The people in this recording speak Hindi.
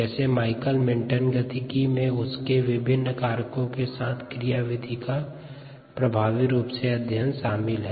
जैसे माइकलिस मेन्टन गतिकी में उसके विभिन्न कारकों के साथ क्रियाविधि का प्रभावी रूप से अध्ययन शामिल है